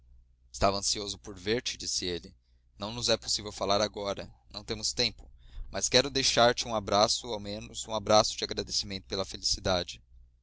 estava ansioso por ver-te disse ele não nos é possível falar agora não temos tempo mas quero dar-te um abraço ao menos um abraço de agradecimento pela felicidade